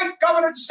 Governor